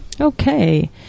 Okay